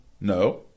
No